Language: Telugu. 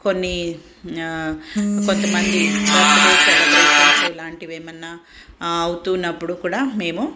కొన్ని కొంతమంది ఇలాంటివి ఏమన్నా అవుతూ ఉన్నప్పుడు కూడా మేము